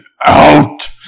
out